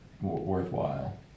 worthwhile